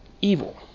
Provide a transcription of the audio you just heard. evil